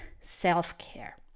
self-care